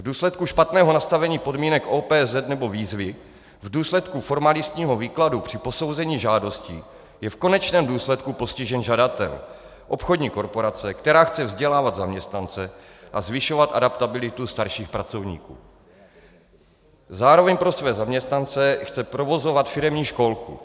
V důsledku špatného nastavení podmínek OPZ, nebo výzvy, v důsledku formalistního výkladu při posouzení žádostí je v konečném důsledku postižen žadatel obchodní korporace, která chce vzdělávat zaměstnance a zvyšovat adaptabilitu starších pracovníků a zároveň pro své zaměstnance chce provozovat firemní školku.